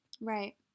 Right